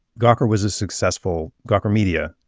gawker was a successful gawker media.